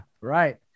Right